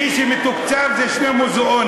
מי שמתוקצב זה שני מוזיאונים.